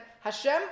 Hashem